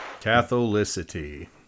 Catholicity